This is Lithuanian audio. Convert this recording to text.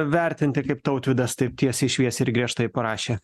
vertinti kaip tautvydas taip tiesiai šviesiai ir griežtai parašė